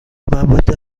مواد